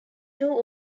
two